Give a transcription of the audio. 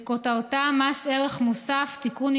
וכותרתה: מס ערך מוסף (תיקון,